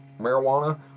marijuana